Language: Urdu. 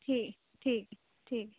ٹھیک ٹھیک ٹھیک